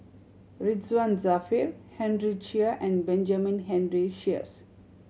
Ridzwan Dzafir Henry Chia and Benjamin Henry Sheares